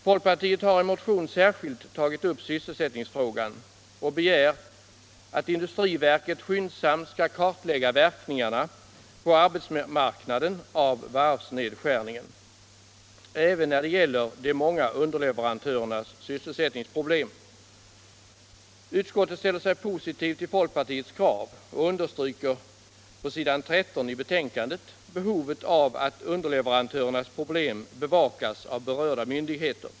Folkpartiet har i en motion särskilt tagit upp sysselsättningsfrågan och begärt att industriverket skyndsamt skall kartlägga verkningarna på arbetsmarknaden av varvsnedskärningen, även när det gäller de många underleverantörernas sysselsättningsproblem. Utskottet ställer sig positivt till folkpartiets krav och understryker på s. 13 i betänkandet behovet av att underleverantörernas problem bevakas av berörda myndigheter.